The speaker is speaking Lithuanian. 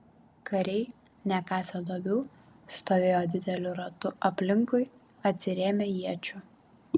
kariai nekasę duobių stovėjo dideliu ratu aplinkui atsirėmę iečių